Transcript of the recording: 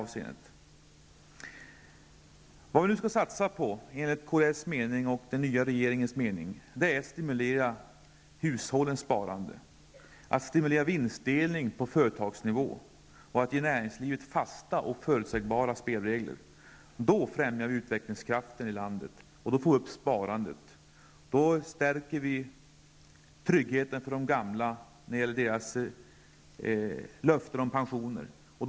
Vad vi nu skall satsa på, enligt kds och den nya regeringens mening, är att stimulera hushållens sparande. Vi skall stimulera vinstdelning på företagsnivå och ge näringslivet fasta och förutsägbara spelregler. Då främjar vi utvecklingskraften i landet, och då får vi också upp sparandet. Vi ökar tryggheten för de gamla och infriar löftena om höjda pensioner till dem.